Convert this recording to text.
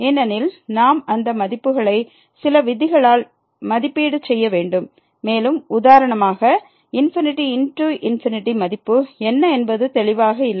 ஏனெனில் நாம் அந்த மதிப்புகளை சில விதிகளால் மதிப்பீடு செய்ய வேண்டும் மேலும் உதாரணமாக ∞×∞ மதிப்பு என்ன என்பது தெளிவாக இல்லை